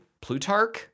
Plutarch